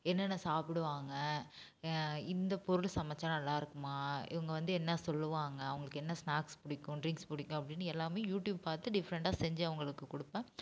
என்னென்ன சாப்பிடுவாங்க இந்த பொருள் சமைச்சா நல்லா இருக்குமா இவங்க வந்து என்ன சொல்லுவாங்க அவங்களுக்கு என்ன ஸ்நாக்ஸ் பிடிக்கும் ட்ரிங்ஸ் பிடிக்கும் அப்படினு எல்லாமே யூடியூப் பார்த்து டிஃப்ரெண்டாக செஞ்சு அவங்களுக்கு கொடுப்பேன்